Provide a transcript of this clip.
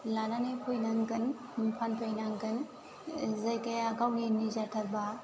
लानानै फैनांगोन फानफैनांगोन जायगाया गावनि निजाथारबा